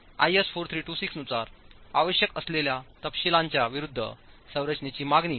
IS 4326 नुसार आवश्यक असलेल्या तपशिलांच्या विरुद्ध संरचनेची मागणी